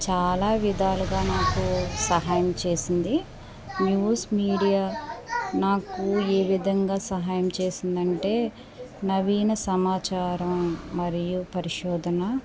చాలా విధాలుగా నాకు సహాయం చేసింది న్యూస్ మీడియా నాకు ఏ విధంగా సహాయం చేసింది అంటే నవీన సమాచారం మరియు పరిశోధన